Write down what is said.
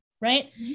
right